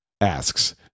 asks